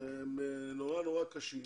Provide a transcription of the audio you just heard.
הם נורא נורא קשים,